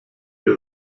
ihr